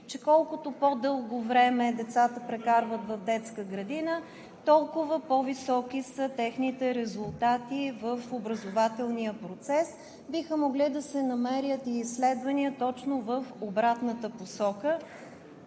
че колкото по-дълго време децата прекарват в детска градина, толкова по-високи са техните резултати в образователния процес. Биха могли да се намерят и изследвания точно в обратната посока.